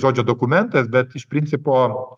žodžio dokumentas bet iš principo